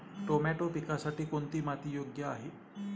Tomato पिकासाठी कोणती माती योग्य आहे?